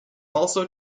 also